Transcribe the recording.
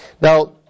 Now